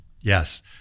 yes